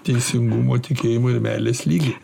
teisingumo tikėjimo ir meilės lygį